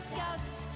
Scouts